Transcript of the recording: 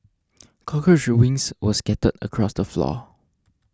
cockroach wings were scattered across the floor